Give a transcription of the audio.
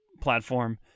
platform